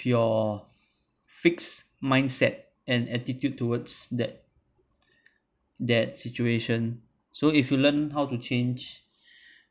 your fixed mindset and attitude towards that that situation so if you learn how to change